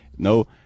no